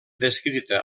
descrita